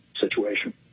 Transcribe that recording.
situation